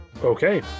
Okay